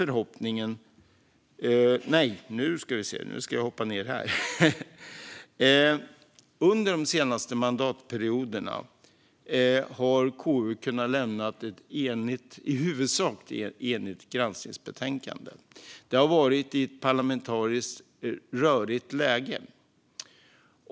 Under de senaste mandatperioderna har KU kunnat lämna i huvudsak eniga granskningsbetänkanden. Det har skett i ett parlamentariskt rörigt läge.